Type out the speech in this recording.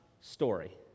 story